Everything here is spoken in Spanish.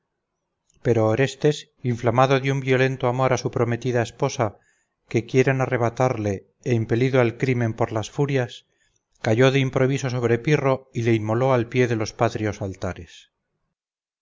pero orestes inflamado de un violento amor a su prometida esposa que quieren arrebatarle e impelido al crimen por las furias cayó de improviso sobre pirro y le inmoló al pie de los patrios altares